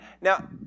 Now